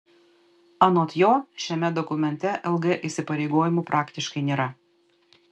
anot jo šiame dokumente lg įsipareigojimų praktiškai nėra